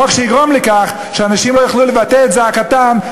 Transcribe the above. חוק שיגרום לכך שאנשים לא יוכלו לבטא את זעקתם.